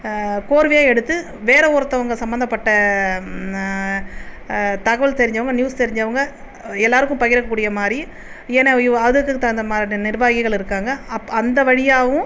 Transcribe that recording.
கோர்வையாக எடுத்து வேற ஒருத்தவங்கள் சம்மந்தப்பட்ட தகவல் தெரிஞ்சவங்கள் நியூஸ் தெரிஞ்சவங்கள் எல்லாருக்கும் பகிரக்கூடிய மாதிரி ஏன்னா அதுக்குன்னு தகுந்த மாதிரியான நிர்வாகிகள் இருக்காங்கள் அப் அந்த வழியாகவும்